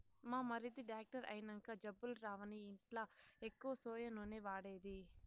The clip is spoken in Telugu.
మా మరిది డాక్టర్ అయినంక జబ్బులు రావని ఇంట్ల ఎక్కువ సోయా నూనె వాడేది